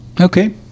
okay